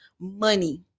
money